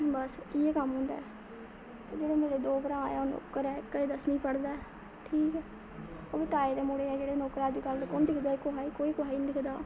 बस इ'यै कम्म होंदा ऐ जेह्ड़े मेरे दो भ्राऽ ऐ ओह् नौकर ऐ इक अजें दसमीं पढ़दा ऐ ठीक ऐ ओह् बी ताए दे मुड़े ऐ जेह्ड़े नौकर ऐ अज्जकल कौन दिक्खदा ऐ कोहे कोई कोहे निं दिक्खदा